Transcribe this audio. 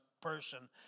person